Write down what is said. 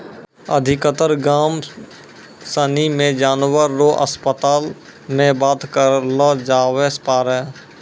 अधिकतर गाम सनी मे जानवर रो अस्पताल मे बात करलो जावै पारै